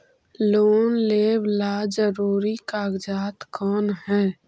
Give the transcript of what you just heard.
Loan लेब ला जरूरी कागजात कोन है?